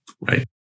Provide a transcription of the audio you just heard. right